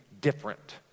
different